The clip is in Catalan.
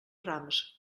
rams